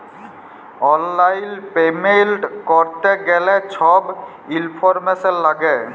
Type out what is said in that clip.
অললাইল পেমেল্ট ক্যরতে গ্যালে ছব ইলফরম্যাসল ল্যাগে